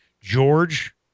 George